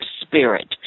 spirit